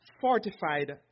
fortified